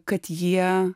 kad jie